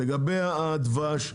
לגבי הדבש,